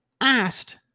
asked